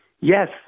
Yes